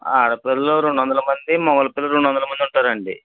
ఆడ పిల్లలు రెండు వందలు మంది మగ పిల్లలు రెండు వందలు మంది ఉంటారండి